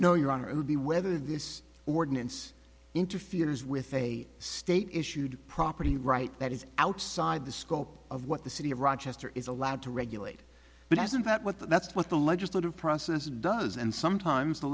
no your honor it would be whether this ordinance interferes with a state issued property right that is outside the scope of what the city of rochester is allowed to regulate but isn't that what that's what the legislative process does and sometimes the